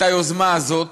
את היוזמה הזאת,